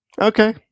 okay